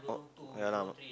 oh yeah lah